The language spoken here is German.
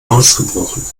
ausgebrochen